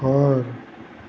ঘৰ